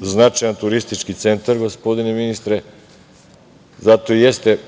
značajan turistički centar, gospodine ministre, zato i jeste